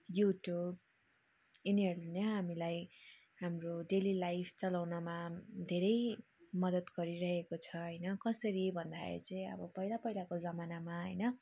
YouTube यिनीहरू नै हामीलाई हाम्रो डेली लाइफ चलाउनमा धेरै मदद गरिरहेको छ होइन कसरी भन्दाखेरि चाहिँ अब पहिला पहिलाको जमानामा होइन